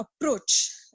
approach